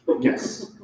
Yes